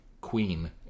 queen